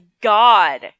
god